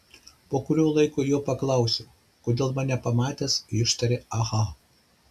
po kurio laiko jo paklausiau kodėl mane pamatęs ištarė aha